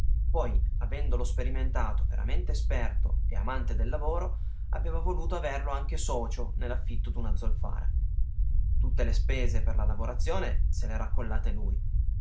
poi avendolo sperimentato veramente esperto e amante del lavoro aveva voluto averlo anche socio nell'affitto d'una zolfara tutte le spese per la lavorazione se l'era accollate lui